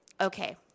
okay